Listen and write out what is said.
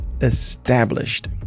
established